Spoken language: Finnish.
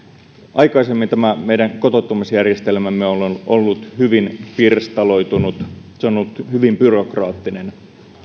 aikaisemmin meidän kotouttamisjärjestelmämme on ollut hyvin pirstaloitunut se on ollut hyvin byrokraattinen